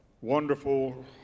wonderful